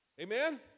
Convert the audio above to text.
Amen